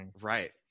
Right